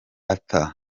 arthur